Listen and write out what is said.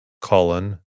Colin